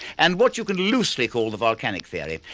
and what you can loosely call the volcanic theory.